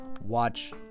watch